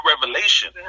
Revelation